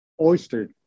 Oyster